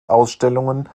ausstellungen